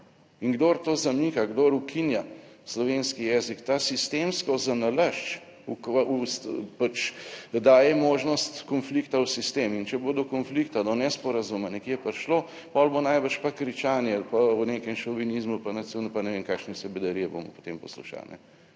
in kdor to zanika, kdor ukinja slovenski jezik, ta sistemsko zanalašč daje možnost konflikta v sistem, in če bo do konflikta, do nesporazuma nekje prišlo, potem bo najbrž pa kričanje ali pa v nekem šovinizmu, pa nac…, pa ne vem kakšne vse bedarije bomo potem poslušali.